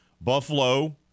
Buffalo